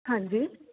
ਹਾਂਜੀ